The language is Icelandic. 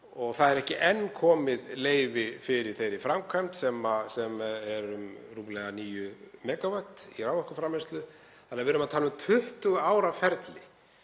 og það er ekki enn komið leyfi fyrir þeirri framkvæmd, sem er um rúmlega 9 megavött í raforkuframleiðslu, þannig að við erum að tala um 20 ára ferli,